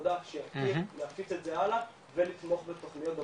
בעבודה ולהפיץ את זה הלאה ולתמוך בתוכניות.